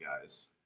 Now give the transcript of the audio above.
guys